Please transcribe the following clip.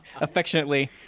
affectionately